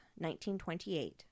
1928